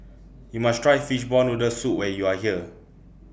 YOU must Try Fishball Noodle Soup when YOU Are here